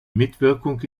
mitwirkung